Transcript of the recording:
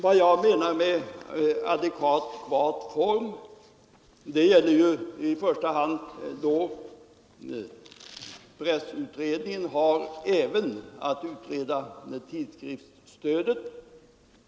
Vad jag menar med adekvat form är att pressutredningen även har att utreda frågan om tidskriftsstödet.